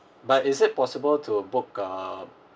but is it possible to a book um